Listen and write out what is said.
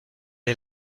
est